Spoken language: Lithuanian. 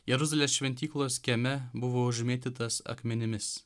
jeruzalės šventyklos kieme buvo užmėtytas akmenimis